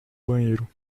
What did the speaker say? banheiro